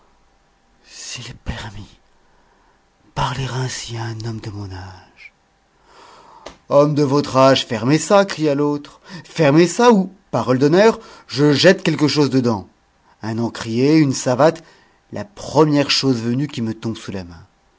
s'il est permis parler ainsi à un homme de mon âge homme de votre âge fermez ça cria l'autre fermez ça ou parole d'honneur je jette quelque chose dedans un encrier une savate la première chose venue qui me tombe sous la main